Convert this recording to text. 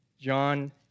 John